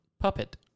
Puppet